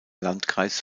landkreis